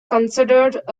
considered